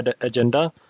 agenda